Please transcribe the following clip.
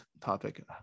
topic